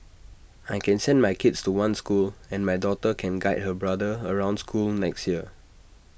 I can send my kids to one school and my daughter can guide her brother around school next year